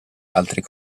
altri